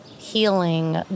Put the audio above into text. healing